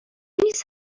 نیست